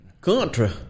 Country